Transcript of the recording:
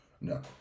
No